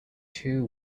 two